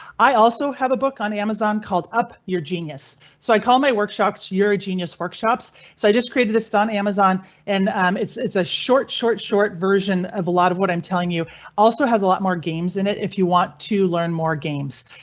i also have a book on amazon called up your genius. so i call my workshops. you're a genius workshops. so i just created this on amazon and um it's it's a short short short version of a lot of what i'm telling you also has a lot more games in it if you want to learn more games,